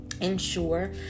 ensure